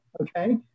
okay